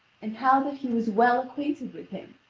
and how that he was well acquainted with him,